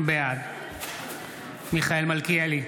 בעד מיכאל מלכיאלי,